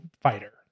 fighter